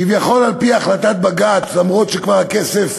כביכול על-פי החלטת בג"ץ, אף-על-פי שהכסף